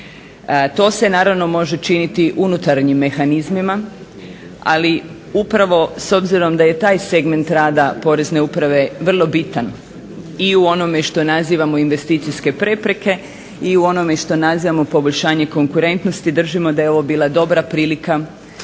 To se naravno može činiti unutarnjim mehanizmima, ali upravo s obzirom da je taj segment rada Porezne uprave vrlo bitan i u onome što nazivamo investicijske prepreke i u onome što nazivamo poboljšanje konkurentnosti držimo da je ovo bila dobra prilika da se i